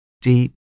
deep